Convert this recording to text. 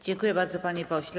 Dziękuję bardzo, panie pośle.